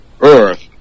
Earth